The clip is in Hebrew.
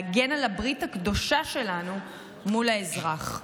להגן על הברית הקדושה שלנו מול האזרח.